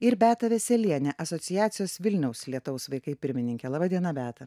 ir beata veselienė asociacijos vilniaus lietaus vaikai pirmininkė laba diena beata